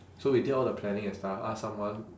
so we did all the planning and stuff ask someone